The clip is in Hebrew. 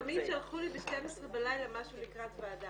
לפעמים שלחו לי ב-24:00 בלילה משהו לקראת ועדה